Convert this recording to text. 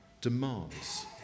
demands